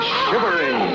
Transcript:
shivering